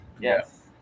Yes